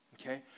Okay